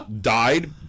died